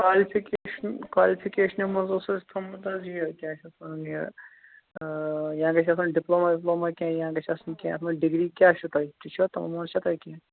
qualification کالفِکیشنہِ منٛز اوس اَسہِ تھومُت حظ یہِ کیٛاہ چھِ اَتھ وَنان یہِ یا گژھِ آسُن ڈِپلوما وِپلوما کینٛہہ یا گژھِ آسُن کیٚنٛہہ اَتھ منٛز ڈِگری کیٛاہ چھُ تۄہہِ تہِ چھُوا تِمو منٛز چھا تۄہہِ کیٚنٛہہ